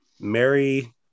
Mary